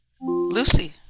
Lucy